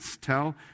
tell